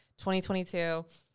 2022